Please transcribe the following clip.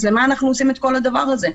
אז למה אנחנו עושים את כל הדבר הזה?